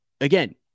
Again